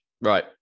Right